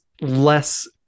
less